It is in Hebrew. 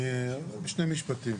בשני משפטים.